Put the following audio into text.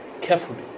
carefully